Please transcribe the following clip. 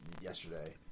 yesterday